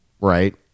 right